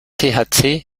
thc